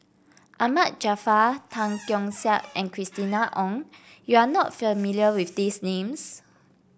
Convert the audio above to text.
Ahmad Jaafar Tan Keong Saik and Christina Ong you are not familiar with these names